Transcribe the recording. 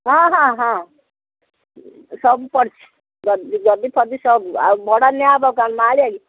ହଁ ହଁ ହଁ ସବୁ ପଡ଼ିଛି ଗଦି ଫଦି ସବୁ ଆଉ ଭଡ଼ା ନିଆହେବ କ'ଣ ମାହାଳିଆ କି